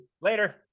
Later